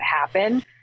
happen